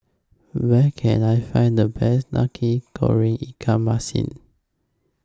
Where Can I Find The Best Nasi Goreng Ikan Masin